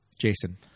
jason